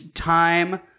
time